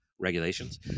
regulations